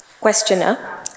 Questioner